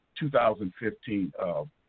2015